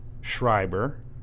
Schreiber